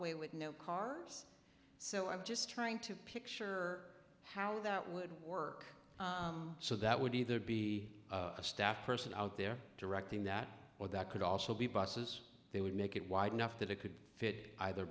way with no cars so i'm just trying to picture how that would work so that would either be a staff person out there directing that or that could also be buses they would make it wide enough that it could fit either